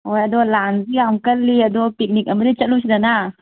ꯍꯣꯏ ꯑꯗꯣ ꯂꯥꯟꯁꯨ ꯌꯥꯝ ꯀꯜꯂꯤ ꯑꯗꯣ ꯄꯤꯛꯅꯤꯛ ꯑꯃꯗꯤ ꯆꯠꯂꯨꯁꯤꯗꯅ